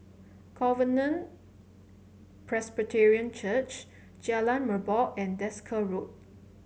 Covenant Presbyterian Church Jalan Merbok and Desker Road